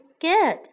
good